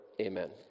Amen